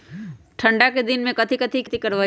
ठंडा के दिन में कथी कथी की खेती करवाई?